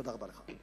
תודה רבה לך.